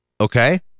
Okay